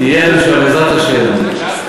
תהיה, בעזרת השם.